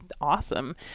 awesome